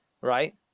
right